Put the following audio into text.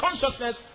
consciousness